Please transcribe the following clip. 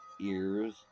ears